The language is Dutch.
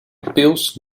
pils